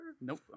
Nope